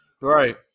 Right